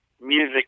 music